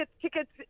tickets